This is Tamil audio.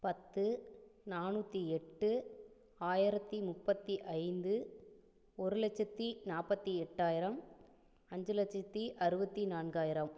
பத்து நானூற்றி எட்டு ஆயிரத்தி முப்பத்தி ஐந்து ஒரு லட்சத்தி நாப்பத்தி எட்டாயிரம் அஞ்சு லட்சத்தி அறுபத்தி நான்காயிரம்